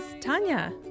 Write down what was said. Tanya